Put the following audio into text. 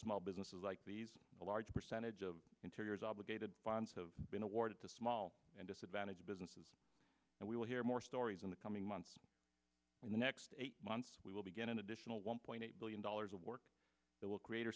small businesses like these a large percentage of interiors obligated bonds have been awarded to small and disadvantaged businesses and we'll hear more stories in the coming months in the next eight months we will begin an additional one point eight billion dollars of work that will create or